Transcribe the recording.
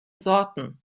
sorten